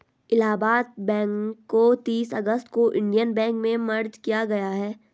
Allahabad bank को तीस अगस्त को इन्डियन बैंक में मर्ज किया गया है